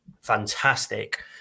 fantastic